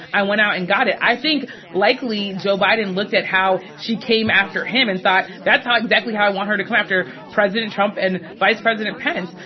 i went out and got it. i think likely joe biden looked at how she came after him and thought, that's exactly how i want her to come after president trump and vice president pence.